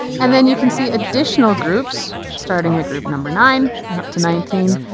and then you can see additional groups, starting at group number nine and up to nineteen,